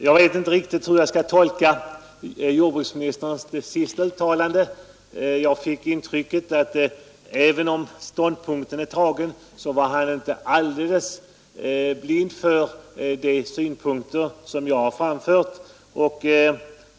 Jag vet inte riktigt hur jag skall tolka jordbruksministerns senaste uttalande; jag fick intrycket att även om han tagit ställning, var han inte alldeles blind för de synpunkter som jag har anfört.